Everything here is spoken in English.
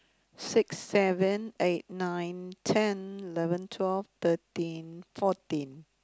six seven eight nine ten eleven twelve thirteen fourteen